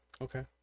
Okay